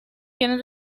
quieren